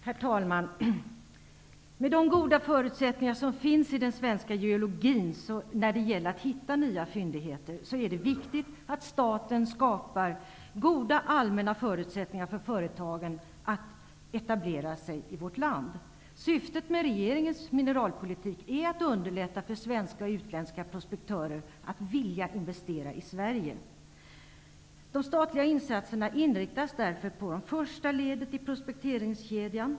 Herr talman! Med de goda förutsättningar som finns i den svenska geologin när det gäller att hitta nya fyndigheter är det viktigt att staten skapar goda allmänna förutsättningar för företagen att etablera sig i vårt land. Syftet med regeringens mineralpolitik är att underlätta för svenska och utländska prospektörer att vilja investera i Sverige. De statliga insatserna inriktas därför på det första ledet i prospekteringskedjan.